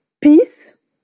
peace